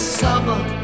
summer